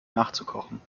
nachzukochen